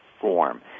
form